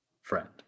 friend